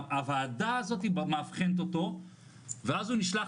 הוועדה הזאת מאבחנת אותו ואז הוא נשלח